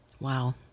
Wow